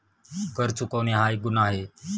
कर चुकवणे हा एक गुन्हा आहे